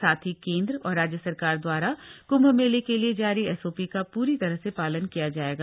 साथ ही केन्द्र और राज्य सरकार द्वारा कुम्भ मेले के लिए जारी एसओपी का पूरी तरह से पालन किया जाएगा